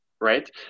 right